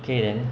okay then